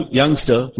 youngster